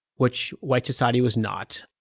which white society was not.